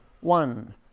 One